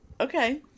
Okay